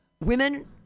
women